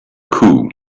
coup